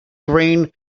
green